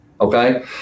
Okay